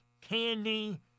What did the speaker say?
candy